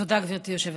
תודה, גברתי היושבת-ראש.